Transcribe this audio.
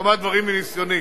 כמה דברים מניסיוני.